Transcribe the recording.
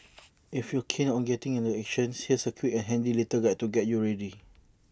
if you're keen on getting in on the action here's A quick and handy little guide to get you ready